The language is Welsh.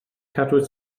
cadw